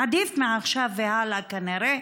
עדיף מעכשיו והלאה, כנראה,